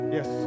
Yes